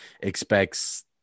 expects